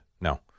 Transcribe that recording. No